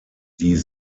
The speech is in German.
die